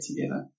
together